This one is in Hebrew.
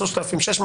3,600,